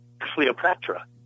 Cleopatra